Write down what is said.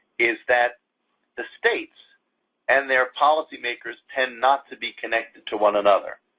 is that the states and their policymakers tend not to be connected to one another.